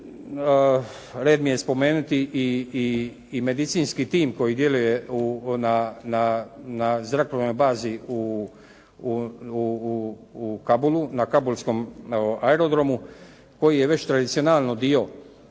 red mi je spomenuti i medicinski tim koji djeluje na zrakoplovnoj bazi u Kabulu, na kabulskom aerodromu, koji je već tradicionalno dio